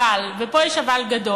אבל, ופה יש אבל גדול,